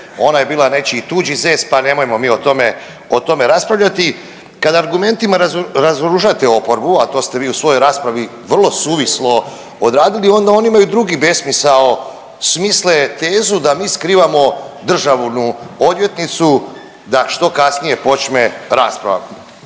ona je bila nečiji tuđi zez pa nemojmo mi o tome, o tome raspravljati. Kad argumentima razoružate oporbu, a to se vi u svojoj raspravi vrlo suvislo odradili onda oni imaju drugi besmisao, smisle tezu da mi skrivamo državnu odvjetnicu da što kasnije počne raspravu